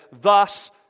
thus